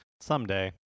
Someday